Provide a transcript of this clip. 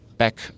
Back